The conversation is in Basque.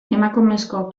emakumezko